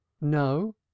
No